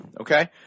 okay